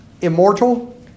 immortal